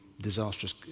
disastrous